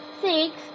six